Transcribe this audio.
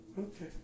Okay